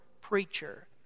preacher